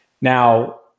Now